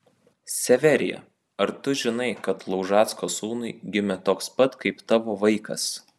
severija ar tu žinai kad laužacko sūnui gimė toks pat kaip tavo vaikas